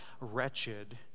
wretched